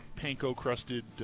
panko-crusted